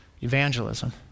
evangelism